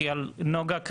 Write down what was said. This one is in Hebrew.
כי נגה,